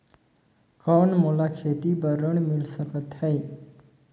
कौन मोला खेती बर ऋण मिल सकत है?